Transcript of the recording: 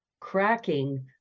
Cracking